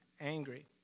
angry